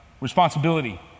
responsibility